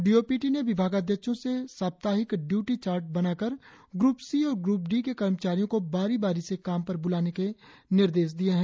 D O P T ने विभागाध्यक्षों से साप्ताहिक ङ्यूटी चार्ट बनाकर ग्रू सी और ग्रूप डी के कर्मचारियों को बारी बारी से काम पर बुलाने के निर्देश दिए है